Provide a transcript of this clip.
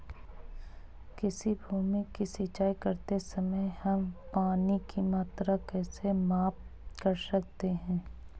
किसी भूमि की सिंचाई करते समय हम पानी की मात्रा कैसे माप सकते हैं?